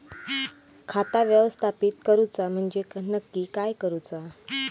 खाता व्यवस्थापित करूचा म्हणजे नक्की काय करूचा?